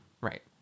Right